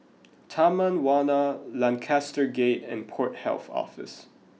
Taman Warna Lancaster Gate and Port Health Office